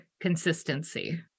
consistency